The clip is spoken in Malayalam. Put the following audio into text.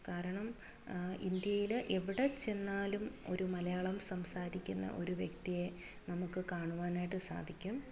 കാരണം ഇന്ത്യയില് എവിടെ ചെന്നാലും ഒരു മലയാളം സംസാരിക്കുന്ന ഒരു വ്യക്തിയെ നമുക്ക് കാണുവാനായിട്ട് സാധിക്കും